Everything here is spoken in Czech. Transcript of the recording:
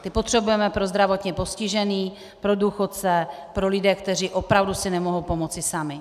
Ty potřebujeme pro zdravotně postižené, pro důchodce, pro lidi, kteří si opravdu nemohou pomoci sami.